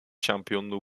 şampiyonluğu